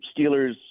Steelers